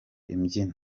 imbyino